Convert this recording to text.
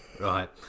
Right